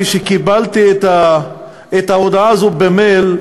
כשקיבלתי את ההודעה הזאת במייל,